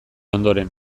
ondoren